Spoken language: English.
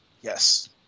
Yes